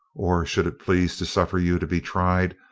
or, should it please to suffer you to be tried,